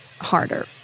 harder